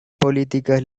políticas